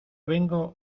vengo